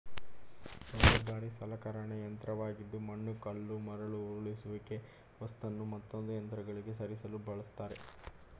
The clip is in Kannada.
ಲೋಡರ್ ಭಾರೀ ಸಲಕರಣೆ ಯಂತ್ರವಾಗಿದ್ದು ಮಣ್ಣು ಕಲ್ಲು ಮರಳು ಉರುಳಿಸುವಿಕೆ ವಸ್ತುನು ಮತ್ತೊಂದು ಯಂತ್ರಗಳಿಗೆ ಸರಿಸಲು ಬಳಸ್ತರೆ